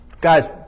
Guys